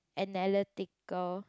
analytical